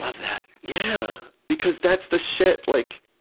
ah that. yeah! because that's the shit! like,